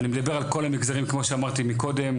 אני מדבר על כל המגזרים כמו שאמרתי מקודם,